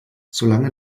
solange